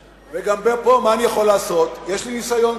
גם פה, מה אני יכול לעשות, יש לי קצת ניסיון.